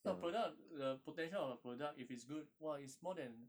the product the potential of the product if it's good !wah! it's more than